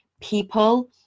people